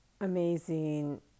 amazing